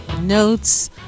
Notes